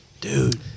Dude